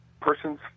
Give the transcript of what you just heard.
Persons